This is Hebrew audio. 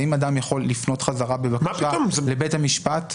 האם אדם יכול לפנות בחזרה בבקשה לבית המשפט?